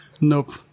Nope